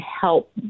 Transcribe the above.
help